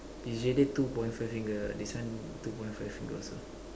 it is already two point five finger this one two point five finger also